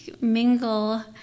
mingle